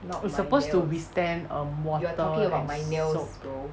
it's supposed to withstand um water and soap